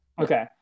okay